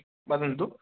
वदन्तु